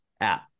app